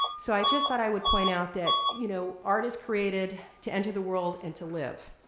so i just thought i would point out that you know art is created to enter the world and to live,